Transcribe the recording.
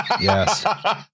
Yes